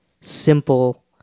simple